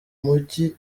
mujyi